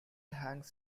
hangs